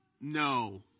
No